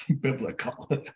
biblical